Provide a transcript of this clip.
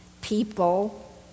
People